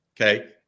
Okay